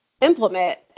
implement